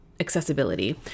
accessibility